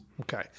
okay